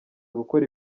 gukora